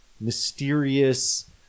mysterious